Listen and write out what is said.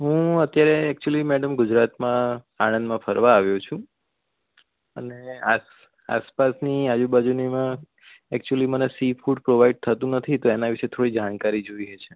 હું અત્યારે actually madam ગુજરાતમાં આણંદમાં ફરવા આવ્યો છું અને આસ આસપાસની આજુબાજુમાં એક્ચુલી મને સી ફૂડ પ્રોવાઈડ થતું નથી તો એના વિષે થોડી જાણકારી જોઈએ છે